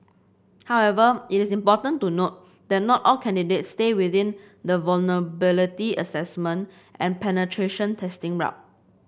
however it is important to note that not all candidates stay within the vulnerability assessment and penetration testing route